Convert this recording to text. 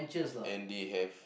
and they have